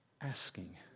asking